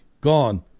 gone